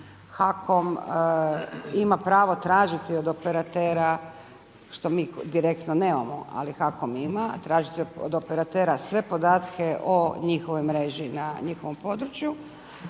HAKOM ima pravo tražiti od operatera što mi direktno nemamo, ali HAKOM ima. Tražiti od operatera sve podatke o njihovoj mreži na njihovom području.